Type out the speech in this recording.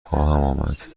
آمد